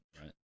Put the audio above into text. right